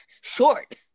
short